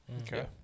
okay